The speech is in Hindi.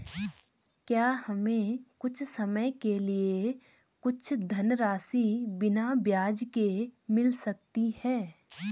क्या हमें कुछ समय के लिए कुछ धनराशि बिना ब्याज के मिल सकती है?